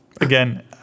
again –